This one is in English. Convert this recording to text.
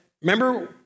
remember